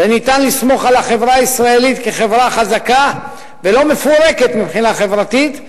וניתן לסמוך על החברה הישראלית כחברה חזקה ולא מפורקת מבחינה חברתית,